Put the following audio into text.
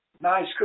nice